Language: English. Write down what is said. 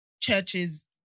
churches